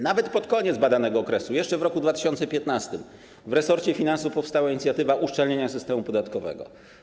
Nawet pod koniec badanego okresu, jeszcze w roku 2015, w resorcie finansów powstała inicjatywa uszczelnienia systemu podatkowego.